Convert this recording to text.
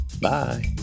Bye